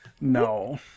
No